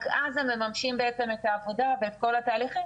רק אז הם מממשים את העבודה ואת כל התהליכים,